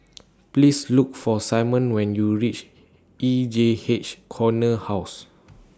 Please Look For Simon when YOU REACH E J H Corner House